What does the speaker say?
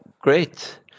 great